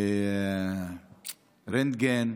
רנטגן,